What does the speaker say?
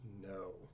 no